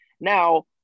Now